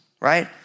right